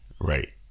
Right